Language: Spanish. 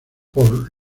por